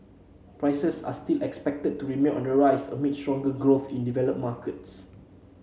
prices are still expected to remain on the rise amid stronger growth in developed markets